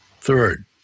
Third